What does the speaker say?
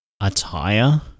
attire